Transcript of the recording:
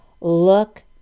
look